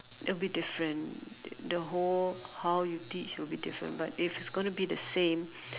a bit different the whole how you teach it will be different but if it's going to be the same